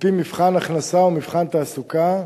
על-פי מבחן הכנסה ומבחן תעסוקה,